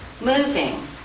moving